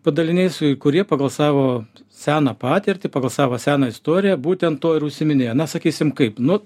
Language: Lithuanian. padaliniais kurie pagal savo seną patirtį pagal savo seną istoriją būtent tuo ir užsiiminėjo na sakysim kaip nu